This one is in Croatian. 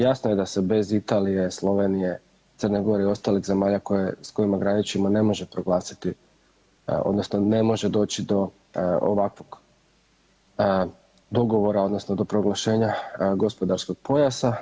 Jasno je da se bez Italije, Slovenije, Crne Gore i ostalih zemalja s kojima graničimo ne može proglasiti odnosno ne može doći do ovakvog dogovora odnosno do proglašenja gospodarskog pojasa.